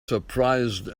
surprised